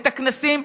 את הכנסים,